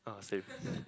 ah same